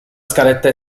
scaletta